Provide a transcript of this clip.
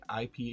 IP